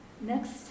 next